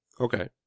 Okay